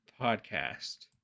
podcast